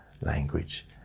language